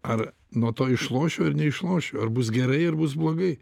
ar nuo to išlošiu ar neišlošiu ar bus gerai ar bus blogai